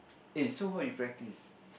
eh so how you practise